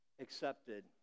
accepted